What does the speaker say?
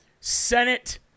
Senate